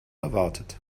erwartet